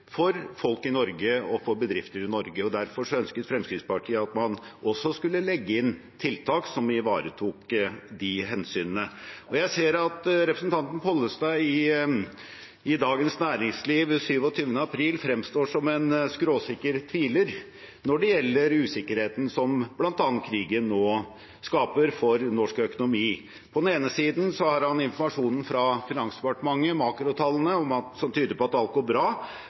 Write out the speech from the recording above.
for folk og bedrifter i Norge. Derfor ønsket Fremskrittspartiet at man også skulle legge inn tiltak som ivaretok de hensynene. Jeg ser at representanten Pollestad i Dagens Næringsliv 27. april fremstår som en skråsikker tviler når det gjelder usikkerheten som bl.a. krigen nå skaper for norsk økonomi. På den ene siden har han informasjonen fra Finansdepartementet, makrotallene, som tyder på at alt går bra.